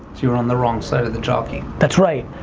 you were on the wrong side of the jockey. that's right.